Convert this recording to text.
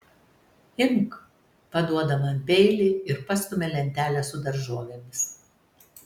imk paduoda man peilį ir pastumia lentelę su daržovėmis